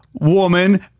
woman